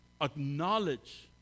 acknowledge